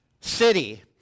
city